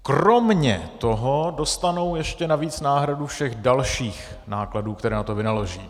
Kromě toho dostanou ještě navíc náhradu všech dalších nákladů, které na to vynaloží.